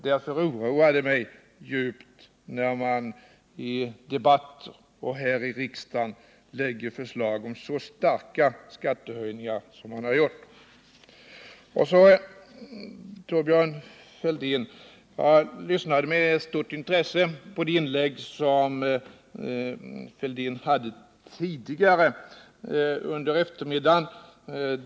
Därför oroar det mig djupt när man i debatter och här i riksdagen lägger fram förslag om så stora skattehöjningar som man har gjort. Så till Thorbjörn Fälldin. Jag lyssnade med stort intresse på det inlägg som Thorbjörn Fälldin hade tidigare under eftermiddagen.